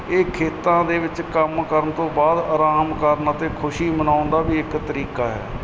ਇਹ ਖੇਤਾਂ ਦੇ ਵਿੱਚ ਕੰਮ ਕਰਨ ਤੋਂ ਬਾਅਦ ਆਰਾਮ ਕਰਨ ਅਤੇ ਖੁਸ਼ੀ ਮਨਾਉਣ ਦਾ ਵੀ ਇੱਕ ਤਰੀਕਾ ਹੈ